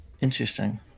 Interesting